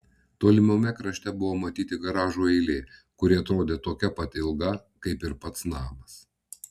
tolimame krašte buvo matyti garažų eilė kuri atrodė tokia pat ilga kaip ir pats namas